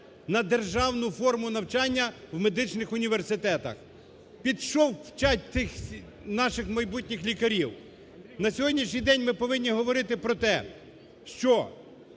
на державну форму навчання в медичних університетах? Під що вчать тих наших майбутніх лікарів? На сьогоднішній день ми повинні говорити про те, що,